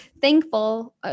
thankful